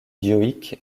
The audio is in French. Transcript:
dioïque